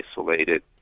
isolated